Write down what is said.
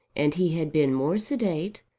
and he had been more sedate,